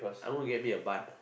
I want to get me a bun